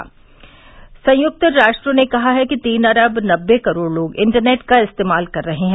श श श श श श श श संयुक्त राष्ट्र ने कहा है कि तीन अरब नब्बे करोड़ लोग इंटरनेट का इस्तेमाल कर रहे हैं